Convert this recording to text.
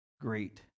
great